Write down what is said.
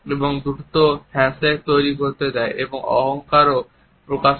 এবং দ্রুত হ্যান্ডশেক করতে দেয় এবং অহংকারও প্রকাশ করে